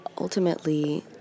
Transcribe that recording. ultimately